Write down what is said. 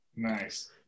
nice